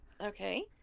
okay